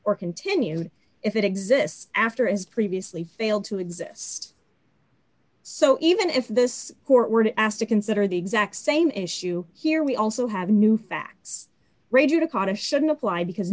or continued if it exists after as previously failed to exist so even if this court were to ask to consider the exact same issue here we also have new facts re judicata shouldn't apply because